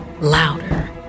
louder